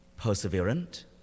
perseverant